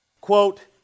quote